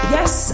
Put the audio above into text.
Yes